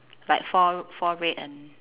like four four red and